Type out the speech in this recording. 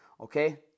Okay